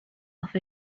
off